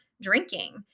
drinking